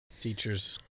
Teachers